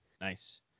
Nice